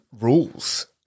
rules